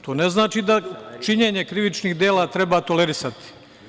To ne znači da činjenje krivičnih dela treba tolerisati.